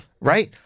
Right